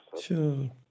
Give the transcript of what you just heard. Sure